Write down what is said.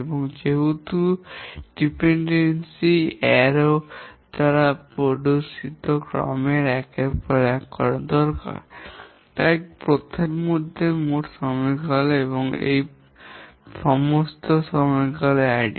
এবং যেহেতু নির্ভরতা তীর দ্বারা প্রদর্শিত একটি ক্রমটি একের পর এক করা দরকার এবং তাই এই পথের মধ্যে মোট সময়কাল এই সমস্ত সময়কালের যোগ